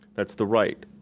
that's the right.